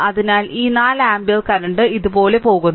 അതിനാൽ ഈ 4 ampere current ഇതുപോലെ പോകുന്നു